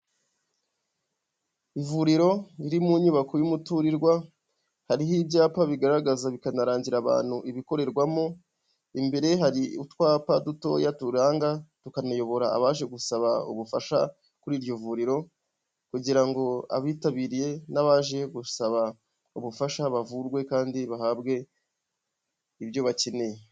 Ivuriro riri mu nyubako y'umuturirwa hariho ibyapa bigaragaza bikanarangira abantu ibikorerwamo imbere hari utwapa dutoya turanga tukanayobora abaje gusaba ubufasha kuri iryo vuriro kugira ngo abitabiriye n'abaje gusaba ubufasha bavurwe kandi bahabwe ibyo bakeneye.